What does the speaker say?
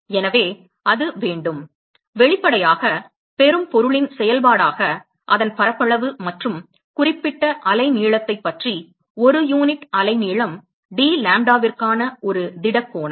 எனவே அது வேண்டும் வெளிப்படையாக பெறும் பொருளின் செயல்பாடாக அதன் பரப்பளவு மற்றும் குறிப்பிட்ட அலை நீளத்தைப் பற்றி ஒரு யூனிட் அலைநீளம் d லாம்ப்டாவிற்கான ஒரு திட கோணம்